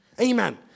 Amen